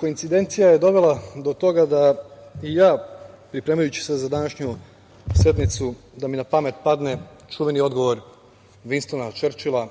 koincidencija je dovela do toga da je i meni, pripremajući se za današnju sednicu, na pamet pao čuveni odgovor Vinstona Čerčila